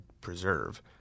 preserve